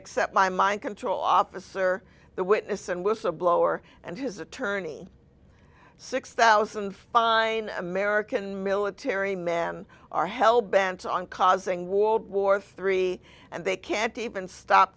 except my mind control officer the witness and whistleblower and his attorney six thousand fine american military men are hell bent on causing war war three and they can't even stop